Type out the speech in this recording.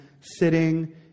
sitting